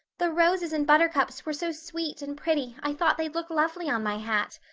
the roses and buttercups were so sweet and pretty i thought they'd look lovely on my hat.